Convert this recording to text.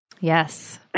Yes